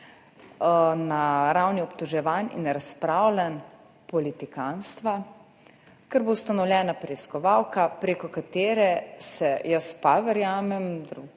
na ravni obtoževanj in razpravljanj politikantstva, ker bo ustanovljena preiskovalka, preko katere se, jaz verjamem,